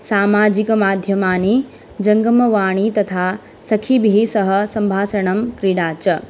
सामाजिकमाध्यमानि जङ्गमवाणी तथा सखिभिः सह सम्भाषणं क्रीडा च